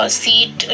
seat